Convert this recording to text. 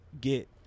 get